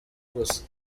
gusa